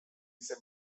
izen